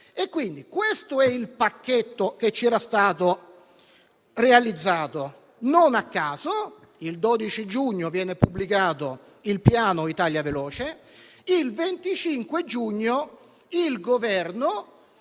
Questo è il pacchetto che era stato realizzato. Non a caso, il 12 giugno viene pubblicato il piano Italia veloce e il 25 giugno il Governo